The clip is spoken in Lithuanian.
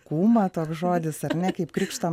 kūma toks žodis ar ne kaip krikšto